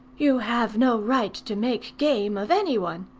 you have no right to make game of anyone.